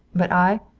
but i?